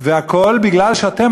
והכול בגלל שאתם,